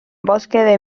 bosques